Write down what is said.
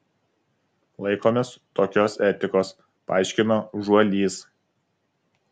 laikomės tokios etikos paaiškino žuolys